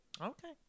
Okay